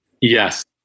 Yes